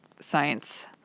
science